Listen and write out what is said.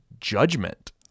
judgment